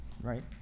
right